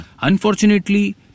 Unfortunately